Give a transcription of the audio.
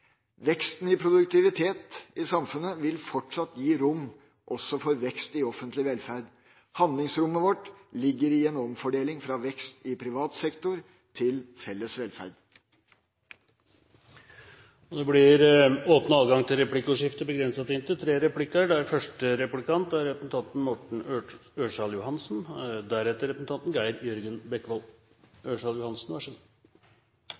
Veksten i produktiviteten i samfunnet vil fortsatt gi rom også for vekst i offentlig velferd. Handlingsrommet vårt ligger i en omfordeling fra vekst i privat sektor til felles velferd. Det blir replikkordskifte. Representanten pratet om hvor viktig forebygging i kommunene er, og at det er